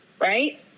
right